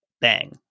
Bang